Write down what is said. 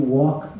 walk